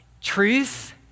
Truth